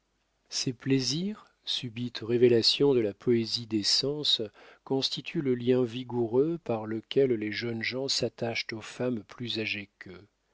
ces plaisirs subite révélation de la poésie des sens constituent le lien vigoureux par lequel les jeunes gens s'attachent aux femmes plus âgées qu'eux